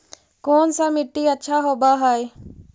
कोन सा मिट्टी अच्छा होबहय?